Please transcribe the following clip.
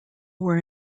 were